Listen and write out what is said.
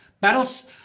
Battles